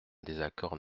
désaccord